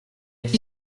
qui